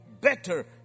better